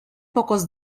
pocos